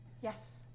Yes